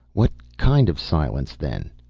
what kind of silence then?